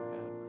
God